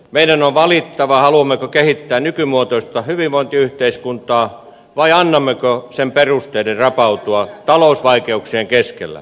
meidän on valittava haluammeko kehittää nykymuotoista hyvinvointiyhteiskuntaa vai annammeko sen perusteiden rapautua talousvaikeuksien keskellä